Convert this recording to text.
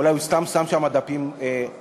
אולי הוא סתם שׂם שׁם דפים ריקים.